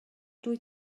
dwyt